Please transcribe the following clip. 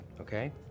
Okay